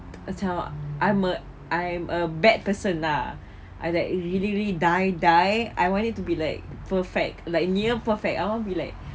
macam I'm a I'm a bad person lah I that really really die die I want it to be like perfect like near perfect I want it be like